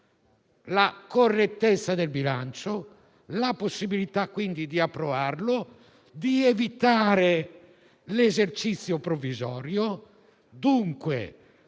la correttezza del bilancio, la possibilità di approvarlo e di evitare l'esercizio provvisorio. Dunque,